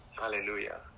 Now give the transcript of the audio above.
hallelujah